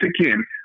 again